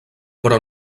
però